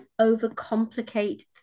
overcomplicate